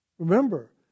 Remember